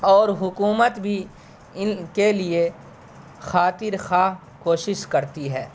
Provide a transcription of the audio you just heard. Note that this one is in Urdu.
اور حکومت بھی ان کے لیے خاطر خواہ کوشش کرتی ہے